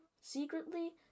Secretly